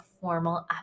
formal